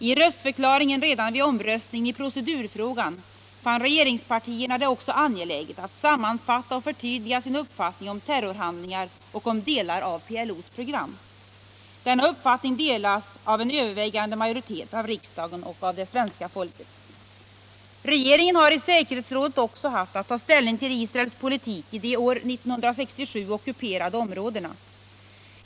I en röstförklaring redan vid omröstningen i procedurfrågan fann regeringspartierna det också angeläget att sammanfatta och förtydliga sin uppfattning om terrorhandlingar och om delar av PLO:s program. Denna uppfattning delas av en övervägande majoritet av riksdagen och det svenska folket. Regeringen har i säkerhetsrådet även haft att ta ställning till Israels politik i de år 1967 ockuperade områdena.